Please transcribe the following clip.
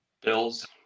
Bills